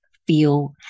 feel